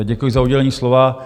Děkuji za udělení slova.